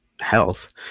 health